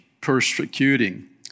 persecuting